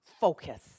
focus